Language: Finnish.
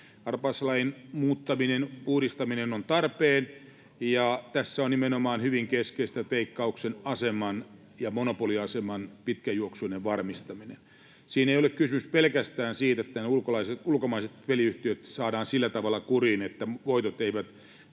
Arpajaislain muuttaminen, uudistaminen on tarpeen, ja tässä on hyvin keskeistä nimenomaan Veikkauksen aseman ja monopoliaseman pitkäjuoksuinen varmistaminen. Siinä ei ole kysymys pelkästään siitä, että ulkomaiset peliyhtiöt saadaan sillä tavalla kuriin, että voitot eivät